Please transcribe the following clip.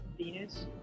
Venus